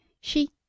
She—